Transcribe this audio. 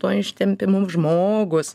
tuo ištempimu žmogus